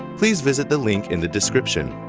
please visit the link in the description.